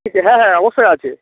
ঠিক আছে হ্যাঁ হ্যাঁ অবশ্য আছে